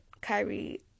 Kyrie